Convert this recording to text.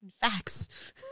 Facts